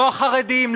לא החרדים,